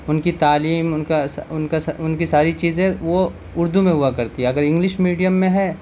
ان کی تعلیم ان کا ان کا سا ان کی ساری چیزیں وہ اردو میں ہوا کرتی ہے اگر انگلش میڈیم میں ہے